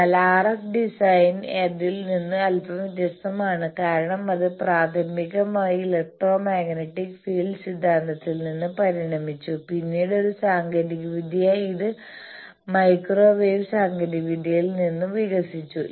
എന്നാൽ RF design അതിൽ നിന്ന് അൽപ്പം വ്യത്യസ്തമാണ് കാരണം അത് പ്രാഥമികമായി ഇലക്ട്രോമാഗ്നെറ്റിക് ഫീൽഡ് സിദ്ധാന്തത്തിൽ നിന്ന് പരിണമിച്ചു പിന്നീട് ഒരു സാങ്കേതികവിദ്യയായി ഇത് മൈക്രോവേവ് സാങ്കേതികവിദ്യയിൽ നിന്ന് വികസിച്ചു